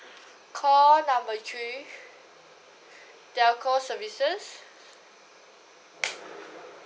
call number three telco services